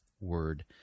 word